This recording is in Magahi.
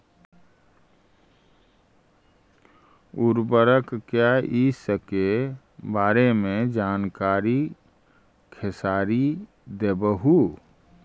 उर्वरक क्या इ सके बारे मे जानकारी खेसारी देबहू?